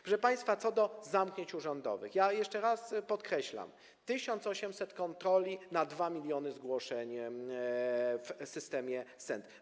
Proszę państwa, co do zamknięć urzędowych, to jeszcze raz podkreślam: 1800 kontroli na 2 mln zgłoszeń w systemie SENT.